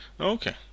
Okay